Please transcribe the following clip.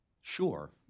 sure